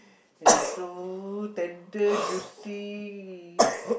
and it's so tender juicy